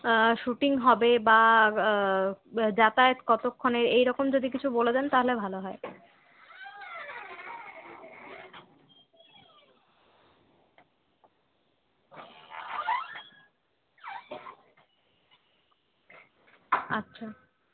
shooting হবে বা যাতায়াত কতক্ষণের এইরকম যদি কিছু বলে দেন তাহলে ভালো হয় আচ্ছা